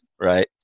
right